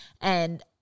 and-